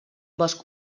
bosc